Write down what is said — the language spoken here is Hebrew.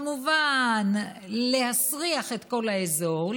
כמובן להסריח את כל האזור,